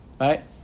right